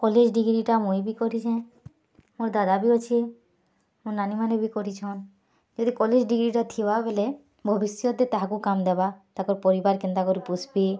college ଡ଼ିଗ୍ରୀଟା ମୁଇଁ ବି କରିଛେଁ ମୋର୍ ଦାଦା ବି ଅଛେ ମୋର୍ ନାନିମାନେ ବି କରିଛନ୍ ଯଦି କଲେଜ୍ ଡ଼ିଗ୍ରୀଟା ଥିବାବେଲେ ଭବିଷ୍ୟତ୍ରେ ତାହାକୁ କାମ୍ ଦେବା ତାକର୍ ପରିବାର୍ କେନ୍ତା କରି ପୋଷ୍ବେ